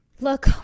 Look